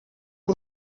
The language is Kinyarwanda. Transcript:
ubu